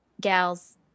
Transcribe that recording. gals